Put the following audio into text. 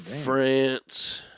france